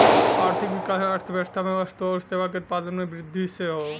आर्थिक विकास अर्थव्यवस्था में वस्तु आउर सेवा के उत्पादन में वृद्धि से हौ